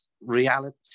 reality